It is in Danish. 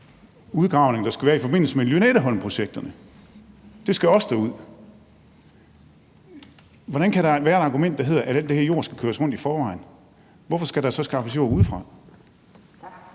udgravninger, der skal være i forbindelse med Lynetteholmprojekterne? Det skal også derud. Hvordan kan der være et argument, der handler om, at alt det her jord skal køres rundt i forvejen? Hvorfor skal der så skaffes jord udefra?